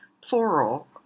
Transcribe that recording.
plural